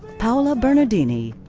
paola benadidni,